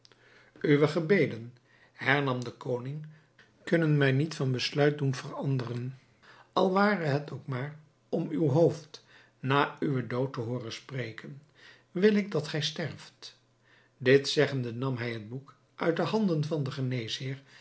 uwe gebeden hernam de koning kunnen mij niet van besluit doen veranderen al ware het ook maar om uw hoofd na uwen dood te hooren spreken wil ik dat gij sterft dit zeggende nam hij het boek uit de handen van den